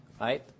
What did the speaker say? right